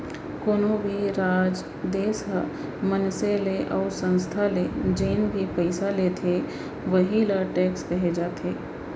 कोनो भी राज, देस ह मनसे ले अउ संस्था ले जेन भी पइसा लेथे वहीं ल टेक्स कहे जाथे